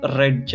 red